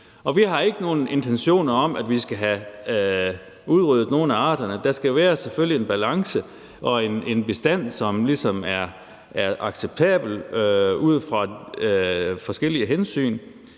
Vi har ikke nogen intentioner om, at vi skal have udryddet nogle af arterne. Der skal selvfølgelig være en balance og en bestand, som ligesom er acceptabel ud fra forskellige hensyn.